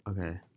Okay